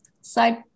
side